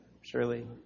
surely